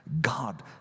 God